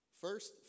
First